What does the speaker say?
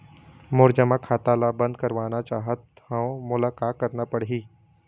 मोर जमा खाता ला बंद करवाना चाहत हव मोला का करना पड़ही?